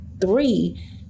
three